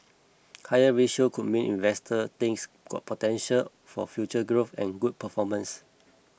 higher ratio could mean investors think got potential for future growth and good performance